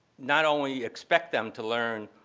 not only expect them to learn,